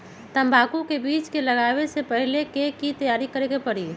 तंबाकू के बीज के लगाबे से पहिले के की तैयारी करे के परी?